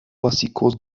básicos